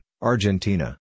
Argentina